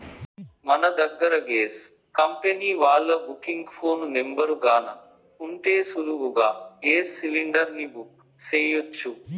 మన దగ్గర gas company వాల్ల బుకింగ్ ఫోను నెంబరు గాన ఉంటే సులువుగా గేస్ సిలిండర్ని బుక్ సెయ్యొచ్చు